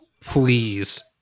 Please